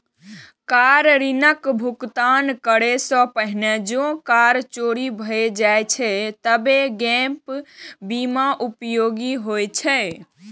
car ऋणक भुगतान करै सं पहिने जौं कार चोरी भए जाए छै, तबो गैप बीमा उपयोगी होइ छै